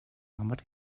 амар